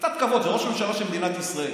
קצת כבוד, זה ראש הממשלה של מדינת ישראל.